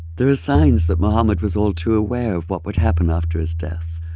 there were signs that muhammad was all too aware of what would happen after his death.